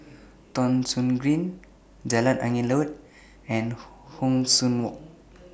Thong Soon Green Jalan Angin Laut and Hong San Walk